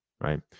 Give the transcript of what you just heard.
right